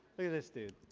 this dude.